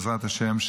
בעזרת השם,